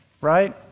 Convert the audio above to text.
right